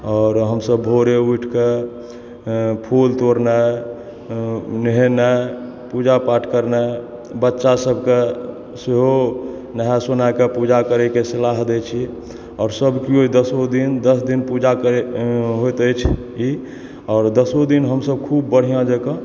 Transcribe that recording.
आओर हमसब भोरे उठिके फूल तोरनाइ नहेनाइ पूजा पाठ करनाइ बच्चा सबके सेहो नहा सुनाके पूजा करय के सलाह दै छी आओर सब केओ दसो दिन दस दिन पूजा होइत अछि ई आओर दसो दिन हमसब खूब बढ़िऑं जेकाॅं